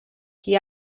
qui